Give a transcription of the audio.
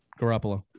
Garoppolo